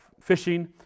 fishing